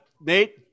Nate